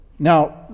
Now